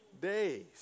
days